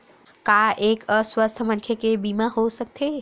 का एक अस्वस्थ मनखे के बीमा हो सकथे?